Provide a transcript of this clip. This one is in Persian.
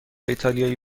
ایتالیایی